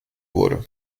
wurde